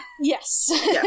Yes